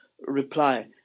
reply